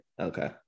Okay